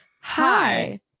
Hi